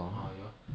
ah ya